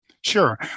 Sure